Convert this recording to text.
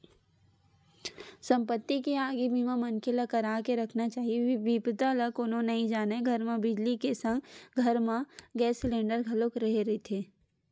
संपत्ति के आगी बीमा मनखे ल करा के रखना चाही बिपदा ल कोनो नइ जानय घर म बिजली के संग घर म गेस सिलेंडर घलोक रेहे रहिथे